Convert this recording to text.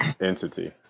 Entity